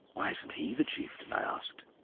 why isn't he the chieftain? i asked.